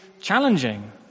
challenging